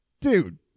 dude